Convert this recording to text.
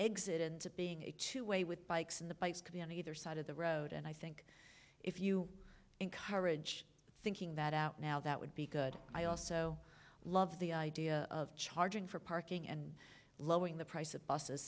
exit into being a two way with bikes and the bikes could be on either side of the road and i think if you encourage thinking that out now that would be good i also love the idea of charging for parking and lowering the price of buses